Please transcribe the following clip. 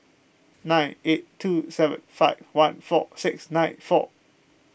nine eight two seven five one four six nine four